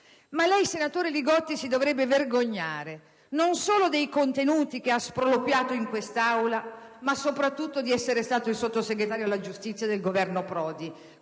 Castelli, ma lei si dovrebbe vergognare, non solo dei contenuti che ha sproloquiato in questa Aula, ma soprattutto di essere stato il Sottosegretario alla giustizia del Governo Prodi,